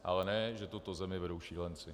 Ale ne že tuto zemi vedou šílenci.